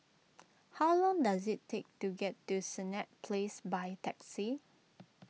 how long does it take to get to Senett Place by taxi